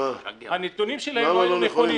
מה לא נכונים?